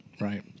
right